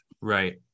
Right